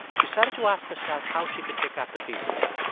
she started to ask herself how she could pick up the pieces.